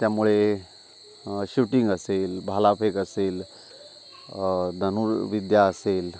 त्यामुळे शूटिंग असेल भालाफेक असेल धनुर्विद्या असेल